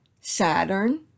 Saturn